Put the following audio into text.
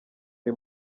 iri